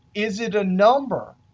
is it a number?